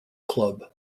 club